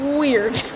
weird